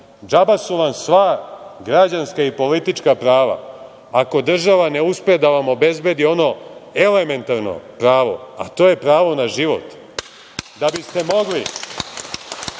Džaba su vam sva građanska i politička prava ako država ne uspe da vam obezbedi ono elementarno pravo, a to je pravo na život. Da biste mogli